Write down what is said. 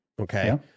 Okay